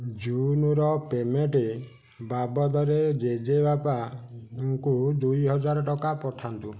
ଜୁନ୍ର payment ବାବଦରେ ଜେଜେବାପାଙ୍କୁ ଦୁଇହଜାର ଟଙ୍କା ପଠାନ୍ତୁ